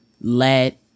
Let